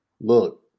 look